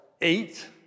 eight